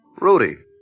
rudy